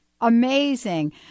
Amazing